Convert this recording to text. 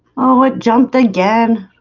oh it jumped again